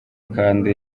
kandi